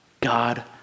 God